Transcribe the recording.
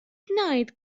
знает